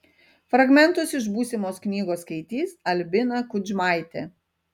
fragmentus iš būsimos knygos skaitys albina kudžmaitė